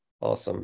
Awesome